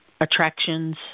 attractions